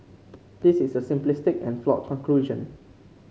this is a simplistic and flawed conclusion